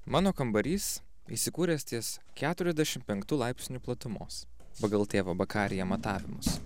mano kambarys įsikūręs ties keturiasdešim penktu laipsniu platumos pagal tėvo bakarija matavimus